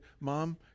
Mom